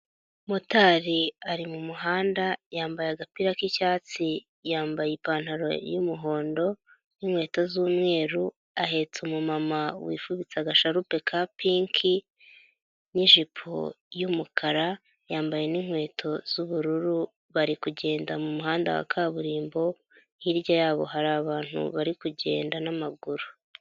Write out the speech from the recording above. Motari ari mu muhanda yambaye agapira k'icyatsi, yambaye ipantaro y'umuhondo n'inkweto z'umweru, ahetse umumama wifubitse agapira ka pinki n'ijipo y'umukara, yambaye n'inkweto z'ubururu, bari kugenda mu muhanda wa kaburimbo, hirya yabo hari abantu bari kugenda n'amaguru.